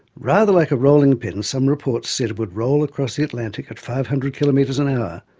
rather like a rolling pin, some reports said it would roll across the atlantic at five hundred kilometres an hour,